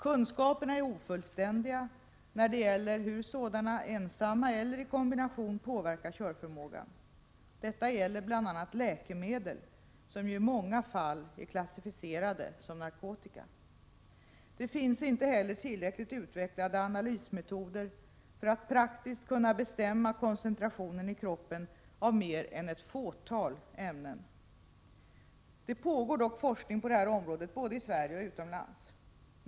Kunskaperna är ofullständiga när det gäller hur sådana — ensamma eller i kombination — påverkar körförmågan. Detta gäller bl.a. läkemedel som ju i många fall är klassificerade som narkotika. Det finns inte heller tillräckligt utvecklade analysmetoder för att praktiskt kunna bestämma koncentrationen i kroppen av mer än ett fåtal ämnen. Det pågår dock forskning på det här området både i Sverige och utomlands.